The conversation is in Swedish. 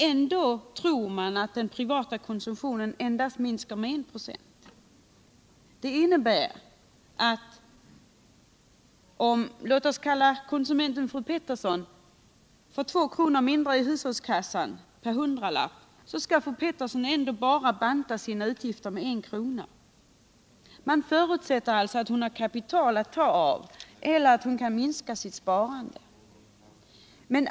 Ändå tror man att den privata konsumtionen minskar med endast 1 26. Det innebär att fru Pettersson, om hon får 2 kronor mindre i hushållskassan per hundralapp, ändå skall banta sina utgifter med bara I krona. Man förutsätter alltså att hon har kapital att ta av eller att hon kan minska sitt sparande.